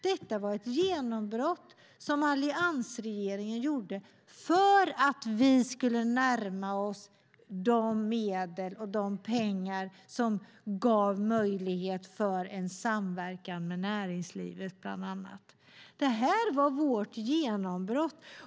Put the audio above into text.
Detta var ett genombrott som alliansregeringen gjorde för att vi skulle närma oss de medel och pengar som gav möjlighet till en samverkan med bland annat näringslivet. Det här var vårt genombrott.